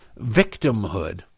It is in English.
victimhood